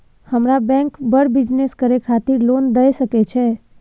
हमरा बैंक बर बिजनेस करे खातिर लोन दय सके छै?